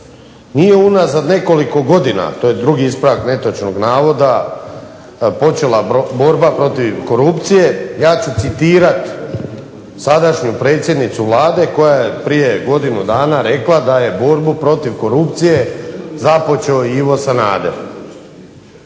nije unazad nekoliko godina, to je drugi ispravak netočnog navoda počela borba protiv korupcije, ja ću citirati sadašnju predsjednicu Vlade koja je prije godinu dana rekla da je borbu protiv korupcije započeo Ivo Sanader,